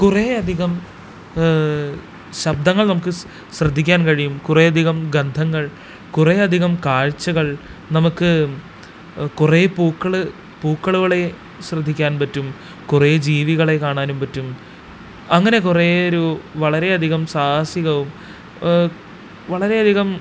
കുറെയധികം ശബ്ദങ്ങൾ നമുക്ക് ശ്രദ്ധിക്കാൻ കഴിയും കുറെയധികം ഗന്ധങ്ങൾ കുറെയധികം കാഴ്ചകൾ നമുക്ക് കുറെ പൂക്കൾ പൂക്കളുകളെ ശ്രദ്ധിക്കാൻ പറ്റും കുറെ ജീവികളെ കാണാനും പറ്റും അങ്ങനെ കുറെ ഒരു വളരെയധികം സാഹസികവും വളരെയധികം